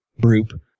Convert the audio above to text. group